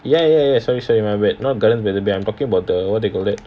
ya ya ya sorry sorry my bad not gardens by the bay I'm talking about the what do you call that